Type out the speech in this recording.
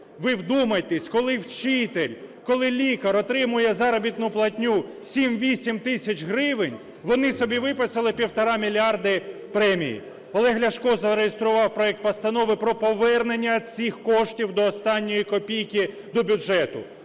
Ви вдумайтесь, коли вчитель, коли лікар отримує заробітну платню 7-8 тисяч гривень, вони собі виписали півтора мільярда премій! Олег Ляшко зареєстрував проект Постанови про повернення цих коштів до останньої копійки до бюджету,